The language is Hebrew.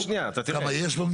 כמה יש במדינה?